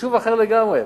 בחישוב אחר לגמרי.